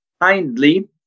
kindly